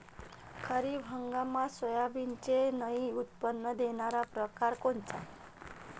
खरीप हंगामात सोयाबीनचे लई उत्पन्न देणारा परकार कोनचा?